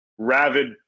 Ravid